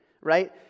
right